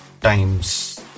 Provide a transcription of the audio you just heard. times